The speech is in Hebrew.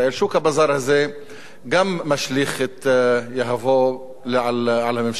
שוק, הבזאר הזה גם משליך את יהבו על הממשלה.